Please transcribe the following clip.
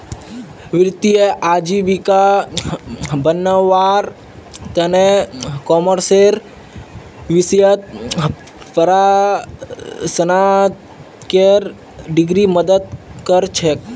वित्तीय आजीविका बनव्वार त न कॉमर्सेर विषयत परास्नातकेर डिग्री मदद कर छेक